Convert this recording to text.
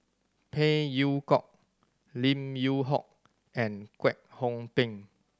Phey Yew Kok Lim Yew Hock and Kwek Hong Png